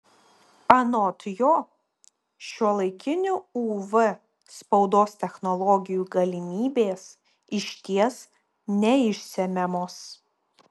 anot jo šiuolaikinių uv spaudos technologijų galimybės išties neišsemiamos